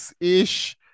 ish